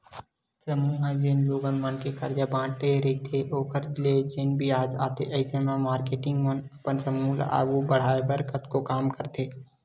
समूह ह जेन लोगन मन करजा बांटे रहिथे ओखर ले जेन बियाज आथे अइसन म मारकेटिंग मन अपन समूह ल आघू बड़हाय बर कतको काम करथे